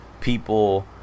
people